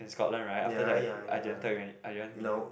in Scotland right after that I didn't tell you I didn't meet you